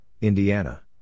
Indiana